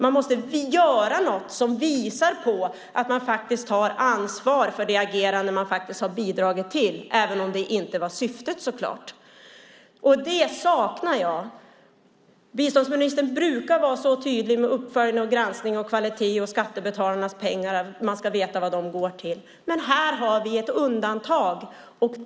Man måste göra något som visar att man faktiskt tar ansvar för det agerande som man har bidragit till, även om det inte var syftet att det skulle gå så här, så klart. Detta saknar jag. Biståndsministern brukar vara tydlig med uppföljning, granskning av kvalitet och att man ska veta vad skattebetalarnas pengar går till, men här har vi ett undantag.